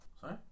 Sorry